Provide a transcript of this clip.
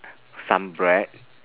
some bread